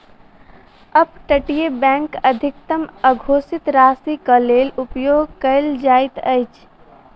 up तटीय bank अधिकतम अघोषित राशिक लेल उपयोग कयल जाइत अछि